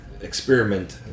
experiment